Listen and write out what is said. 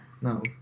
No